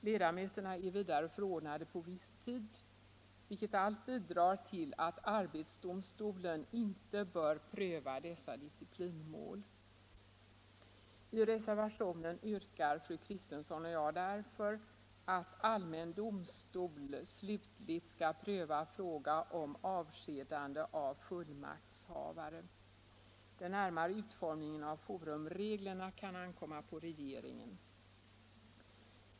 Ledamöterna är vidare förordnade på viss tid, vilket allt bidrar till att arbetsdomstolen inte bör pröva dessa disciplinmål. I reservationen yrkar fru Kristensson och jag därför att allmän domstol slutligt skall pröva fråga om avskedande av fullmaktshavare. Den närmare utformningen av forumreglerna kan ankomma på regeringen.